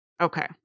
Okay